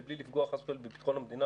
בלי לפגוע חס וחלילה בביטחון המדינה,